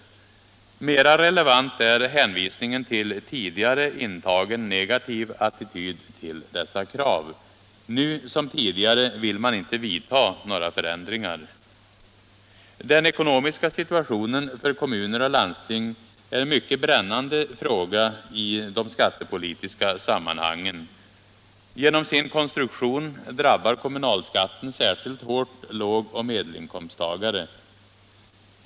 Mera relevant är hänvisningen till tidigare intagen negativ attityd till dessa krav. Nu som tidigare vill man inte vidta några förändringar. Den ekonomiska situationen för kommuner och landsting är en mycket brännande fråga i de skattepolitiska sammanhangen. Genom sin konstruktion drabbar kommunalskatten särskilt hårt lågoch medelinkomsttagare.